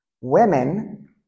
women